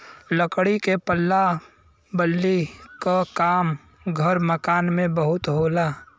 लकड़ी के पल्ला बल्ली क काम घर मकान में बहुत होला